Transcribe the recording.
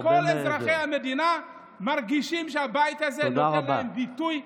אני לא מאמין שכל אזרחי המדינה מרגישים שהבית הזה נותן להם ביטוי,